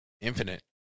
Infinite